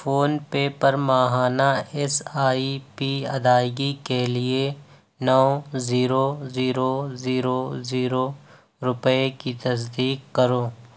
phone پے پر ماہانہ ایس آئی پی ادائیگی کے لیے نو زیرو زیرو زیرو زیرو روپے کی تصدیق کرو